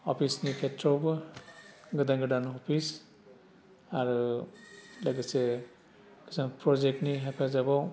अफिसनि केथ्रआवबो गोदान गोदान अफिस आरो लोगोसे जों प्रजेक्तनि हेफाजाबाव